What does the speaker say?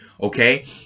okay